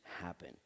happen